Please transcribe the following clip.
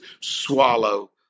swallow